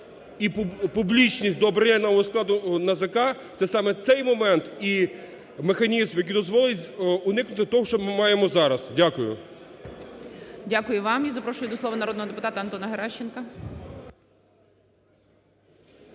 і публічність до обраного складу НАЗК – це саме цей момент і механізм, який дозволить уникнути того, що ми маємо зараз. Дякую. ГОЛОВУЮЧИЙ. Дякую вам. І запрошую до слова народного депутата Антона Геращенка.